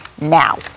now